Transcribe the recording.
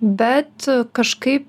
bet kažkaip